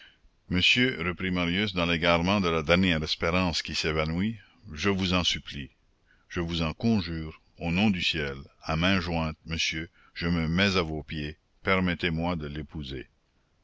monsieur reprit marius dans l'égarement de la dernière espérance qui s'évanouit je vous en supplie je vous en conjure au nom du ciel à mains jointes monsieur je me mets à vos pieds permettez-moi de l'épouser